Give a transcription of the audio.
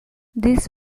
this